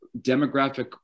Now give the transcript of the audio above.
demographic